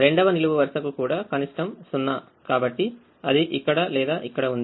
రెండవ నిలువు వరుసకు కూడా కనిష్టం 0 కాబట్టి అది ఇక్కడ లేదా ఇక్కడ ఉంది